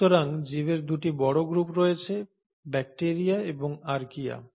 সুতরাং জীবের দুটি বড় গ্রুপ রয়েছে ব্যাকটিরিয়া এবং আর্কিয়া